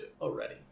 already